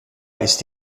ist